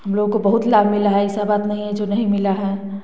हम लोगों को बहुत लाभ मिला है ऐसा बात नहीं है जो नहीं मिला है